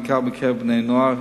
ובעיקר בקרב בני-הנוער,